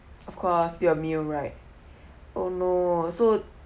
of course your meal right oh no so